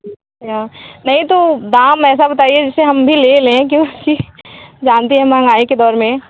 अच्छा नहीं तो दाम ऐसा बताइए जिस से हम भी ले लें क्योंकि दाम भी हमारा नाइ के बोर में